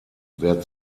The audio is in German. wer